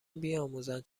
بیاموزند